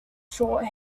short